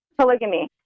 Polygamy